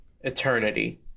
eternity